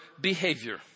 behavior